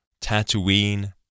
Tatooine